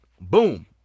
Boom